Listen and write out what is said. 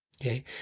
okay